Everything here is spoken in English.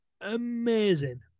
amazing